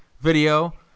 video